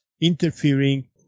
interfering